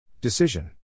Decision